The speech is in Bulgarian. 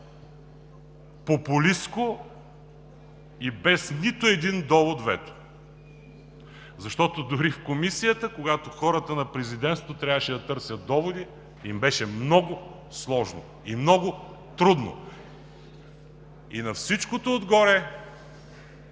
популистко и без нито един довод вето? Защото дори в Комисията, когато хората на Президентството трябваше да търсят доводи, им беше много сложно и много трудно. И на всичкото отгоре